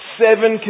seven